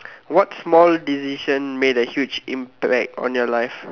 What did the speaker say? what small decision made a huge impact on your life